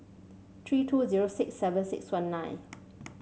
three two zero six seven six one nine